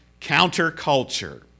counterculture